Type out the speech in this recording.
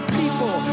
people